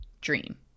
Dream